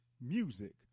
music